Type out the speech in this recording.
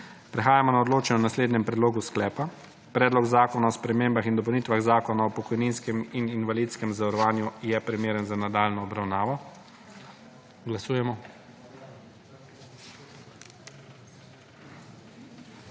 Prehajamo na odločanje o naslednjem predlogu sklepa: Predlog zakona o spremembah in dopolnitvah Zakona o pokojninskem in invalidskem zavarovanju je primeren za nadaljnjo obravnavo. Glasujemo.